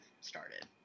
started